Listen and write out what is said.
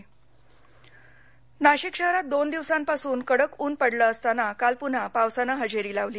नाशिक नाशिक शहरात दोन दिवसांपासून कडक ऊन पडले असताना काल पुन्हा पावसानं हजेरी लावली